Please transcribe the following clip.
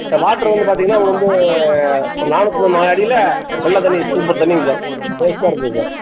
அந்த வாட்ரு வந்து பார்த்தீங்கன்னா அங்கே வந்து நானூற்றி தொள்ளாயிரம் அடியில் நல்லத் தண்ணி சூப்பர் தண்ணிங்க சார் டேஸ்ட்டாக இருக்குங்க சார்